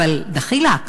אבל דחילק,